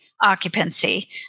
occupancy